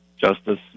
justice